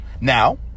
Now